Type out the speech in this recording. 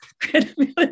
credibility